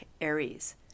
Aries